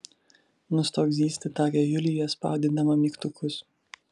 nustok zyzti tarė julija spaudydama mygtukus